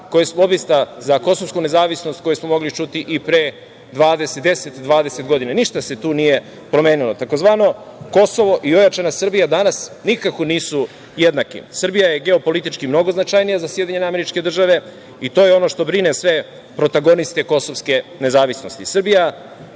tj. lobista za kosovsku nezavisnost koju smo mogli čuti i pre 10, 20 godina. Ništa se tu nije promenilo. Takozvano Kosovo i ojačana Srbija danas nikako nisu jednake. Srbija je geopolitički mnogo značajnija za SAD i to je ono što brine sve protagoniste kosovske nezavisnosti. Srbija